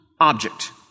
object